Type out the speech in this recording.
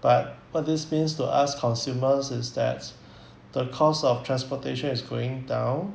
but what this means to us consumers is that the cost of transportation is going down